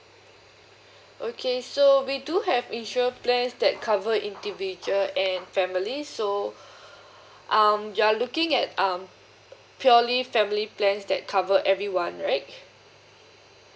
okay so we do have insurance plans that cover individual and family so um you are looking at um purely family plans that cover everyone right